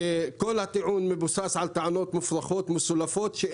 שכל הטיעון מבוסס על טענות מופרכות מסולפות.